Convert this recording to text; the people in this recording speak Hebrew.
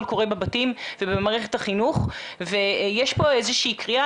קורה בבתים ובמערכת החינוך ויש פה איזה שהיא קריאה